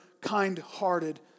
kind-hearted